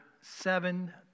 seven